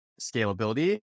scalability